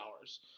hours